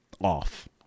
off